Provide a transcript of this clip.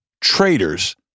traitors